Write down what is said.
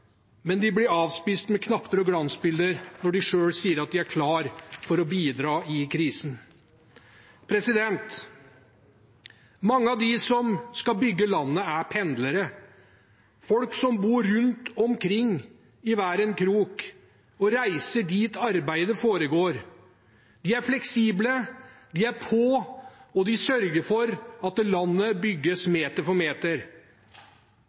men de blir avspist med knapper og glansbilder når de selv sier at de er klar til å bidra i krisen. Mange av dem som skal bygge landet, er pendlere – folk som bor rundt omkring i hver en krok og reiser dit arbeidet foregår. De er fleksible, de er på, og de sørger for at landet bygges meter for meter.